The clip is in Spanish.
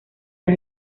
las